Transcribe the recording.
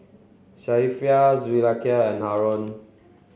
Safiya Zulaikha and Haron